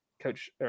Coach